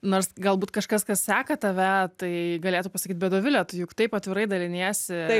nors galbūt kažkas kas seka tave tai galėtų pasakyt bet dovilė tu juk taip atvirai daliniesi